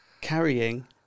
carrying